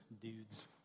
dudes